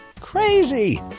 Crazy